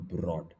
broad